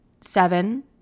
seven